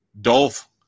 Dolph